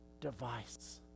device